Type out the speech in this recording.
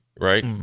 right